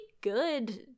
good